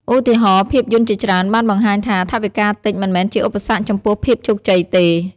ឧទាហរណ៍ ភាពយន្តជាច្រើនបានបង្ហាញថាថវិកាតិចមិនមែនជាឧបសគ្គចំពោះភាពជោគជ័យទេ។